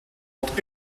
wat